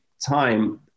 time